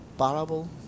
parable